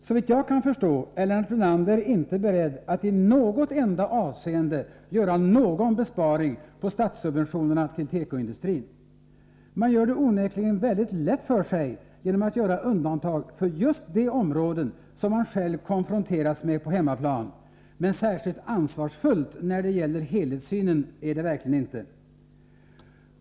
Såvitt jag kan förstå är Lennart Brunander inte beredd att i något enda avseende göra någon besparing på statssubventionerna till tekoindustrin. Man gör det onekligen väldigt lätt för sig genom att göra undantag för just de områden som man själv konfronteras med på hemmaplan, och särskilt ansvarsfullt när det gäller helhetssynen är det verkligen inte.